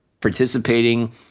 participating